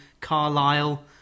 Carlisle